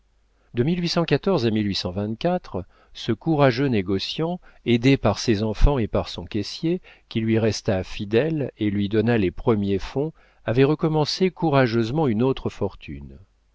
de à ce courageux négociant aidé par ses enfants et par son caissier qui lui resta fidèle et lui donna les premiers fonds avait recommencé courageusement une autre fortune